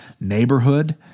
neighborhood